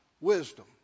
wisdom